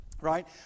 right